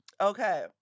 Okay